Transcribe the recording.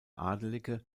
adelige